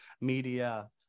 media